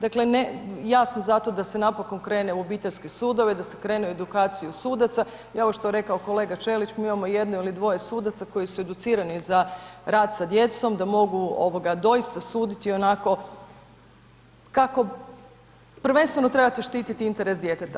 Dakle, ne, ja sam zato da se napokon krene u obiteljske sudove, da se krene u edukaciju sudaca i ovo što je rekao kolega Ćelić, mi imamo jedno ili dvoje sudaca koji su educirani za rad sa djecom da mogu doista suditi onako kako, prvenstveno trebate štititi interes djeteta.